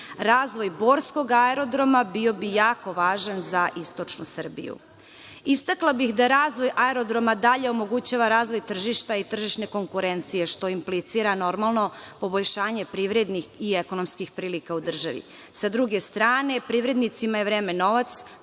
Razvoj borskog aerodroma bio bi jako važan za istočnu Srbiju. Istakla bih da razvoj aerodroma omogućava dalji razvoj tržišta, tržišne konkurencije što implicira poboljšanje privrednih i ekonomskih prilika u državi. Sa druge strane, privrednicima je vreme novac,